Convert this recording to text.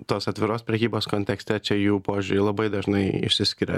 tos atviros prekybos kontekste čia jų požiūriai labai dažnai išsiskiria